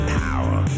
power